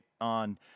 on